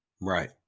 Right